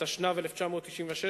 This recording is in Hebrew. התשנ"ו 1996,